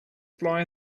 fly